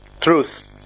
truth